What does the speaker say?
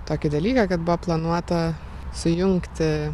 tokį dalyką kad buvo planuota sujungti